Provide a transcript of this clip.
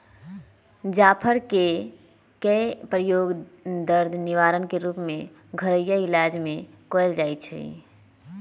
जाफर कें के प्रयोग दर्द निवारक के रूप में घरइया इलाज में कएल जाइ छइ